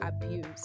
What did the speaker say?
abuse